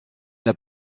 n’as